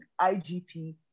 IGP